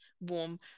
warm